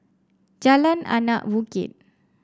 Jalan Anak Bukit